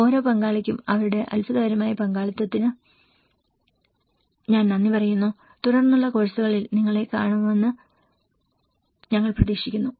ഓരോ പങ്കാളിക്കും അവരുടെ അത്ഭുതകരമായ പങ്കാളിത്തത്തിന് ഞാൻ നന്ദി പറയുന്നു തുടർന്നുള്ള കോഴ്സുകളിൽ നിങ്ങളെ കാണുമെന്ന് ഞങ്ങൾ പ്രതീക്ഷിക്കുന്നു